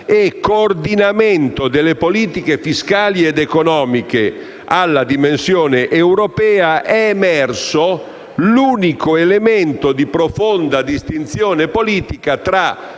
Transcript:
e coordinamento delle politiche fiscali ed economiche nella dimensione europea, è emerso l'unico elemento di profonda distinzione politica tra